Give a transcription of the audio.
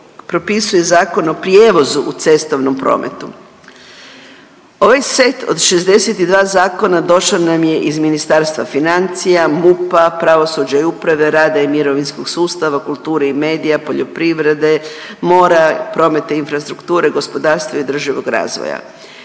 propisuje Zakon o prijevozu u cestovnom prometu. Ovaj set od 62 zakona došao nam je iz Ministarstva financija, MUP-a, pravosuđa i uprave, rada i mirovinskog sustava, kulture i medija, poljoprivrede, mora, prometa i infrastrukture, gospodarstva i održivog razvoja.